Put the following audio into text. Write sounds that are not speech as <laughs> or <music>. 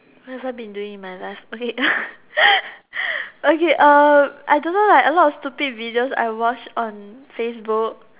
what have I been doing in my life okay <laughs> okay um I don't know like a lot of stupid videos I watch on Facebook